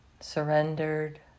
Surrendered